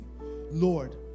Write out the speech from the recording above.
Lord